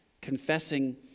confessing